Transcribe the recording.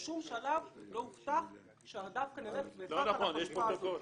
בשום שלב לא הובטח ש --- לא נכון, יש פרוטוקול.